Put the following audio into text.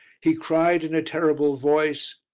he cried in a terrible voice,